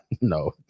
No